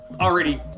already